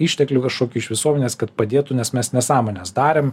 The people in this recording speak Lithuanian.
išteklių kažkokių iš visuomenės kad padėtų nes mes nesąmones darėm